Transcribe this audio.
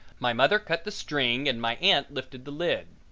my mother cut the string and my aunt lifted the lid.